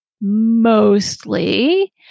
mostly